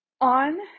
On